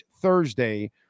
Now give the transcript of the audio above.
Thursday